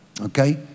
Okay